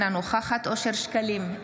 אינה נוכחת אושר שקלים,